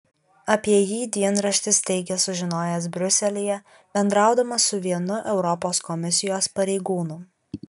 apie jį dienraštis teigia sužinojęs briuselyje bendraudamas su vienu europos komisijos pareigūnu